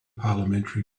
parliamentary